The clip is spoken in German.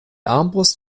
armbrust